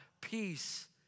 peace